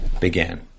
began